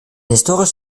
historisch